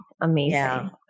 Amazing